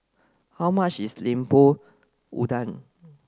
how much is Lemper Udang